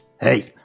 Hey